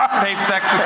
safe sex